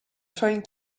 trying